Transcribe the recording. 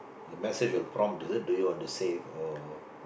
the message will prompt is it do you want save or